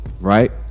right